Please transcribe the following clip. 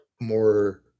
more